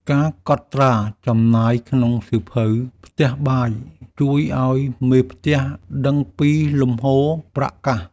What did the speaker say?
ការកត់ត្រាចំណាយក្នុងសៀវភៅផ្ទះបាយ ជួយឱ្យមេផ្ទះដឹងពីលំហូរប្រាក់កាស។